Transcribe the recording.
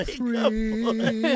free